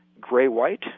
gray-white